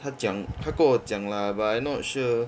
他讲他跟我讲 lah but I not sure